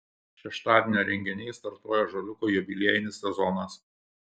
šeštadienio renginiais startuoja ąžuoliuko jubiliejinis sezonas